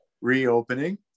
reopening